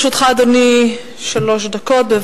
לרשותך, אדוני, שלוש דקות.